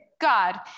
God